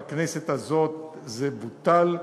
בכנסת הזו זה בוטל.